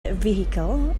vehicle